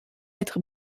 être